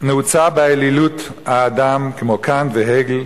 נעוצה באלילות האדם, כמו שאמרו קאנט והגל,